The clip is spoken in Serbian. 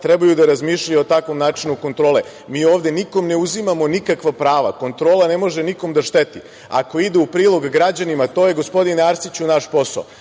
trebaju da razmišljaju o takvom načinu kontrole. Mi ovde nikome ne uzimamo nikakva prava, kontrola ne može nikom da šteti. Ako ide u prilog građanima, to je, gospodine Arsiću, naš posao.